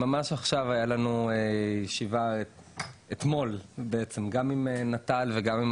אתמול הייתה לנו ישיבה גם עם נט"ל וגם עם